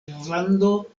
irlando